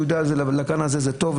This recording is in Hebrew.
הוא יודע שלגן הזה זה טוב,